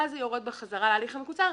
ואז זה יורד בחזרה להליך המקוצר,